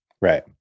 Right